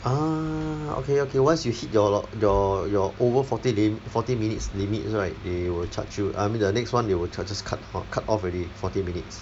ah okay okay once you hit your your your over forty lim~ forty minutes limit right they will charge you I mean the next [one] they will charge~ just cut off just cut off already forty minutes